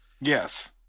yes